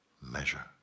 measure